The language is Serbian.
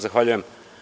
Zahvaljujem.